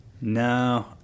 No